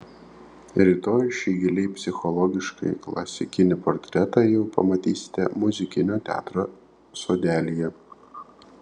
rytoj šį giliai psichologiškai klasikinį portretą jau pamatysime muzikinio teatro sodelyje